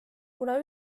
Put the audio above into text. kuna